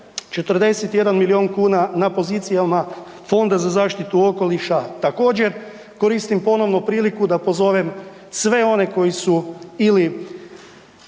41 milion kuna na pozicijama Fonda za zaštitu okoliša također. Koristim ponovo priliku da pozovem sve one koji su ili